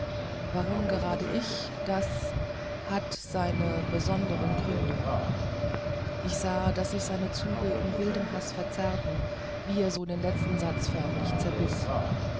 warum gerade ich das hat seine besonderen gründe ich sah daß sich seine züge in wildem haß verzerrten wie er so den letzten satz förmlich zerbiß